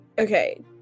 Okay